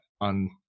on